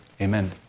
amen